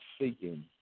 seeking